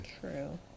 True